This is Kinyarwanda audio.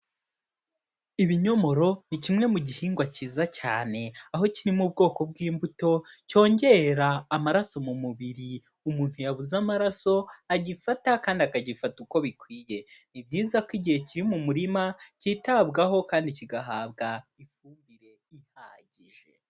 Ibinyomoro ni kimwe mu gihingwa kiza cyane aho kiri mu ubwoko bw'imbuto cyongera amaraso mu mubiri, umuntu yabuze amaraso agifata kandi akagifata uko bikwiye, ni byiza ko igihe kiri mu murima kitabwaho kandi kigahabwa ifumbire ihagije.